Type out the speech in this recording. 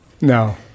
No